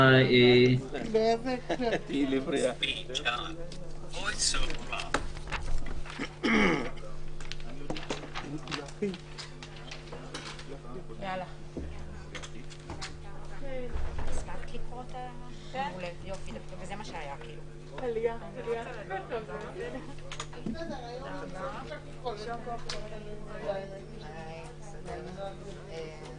10:40.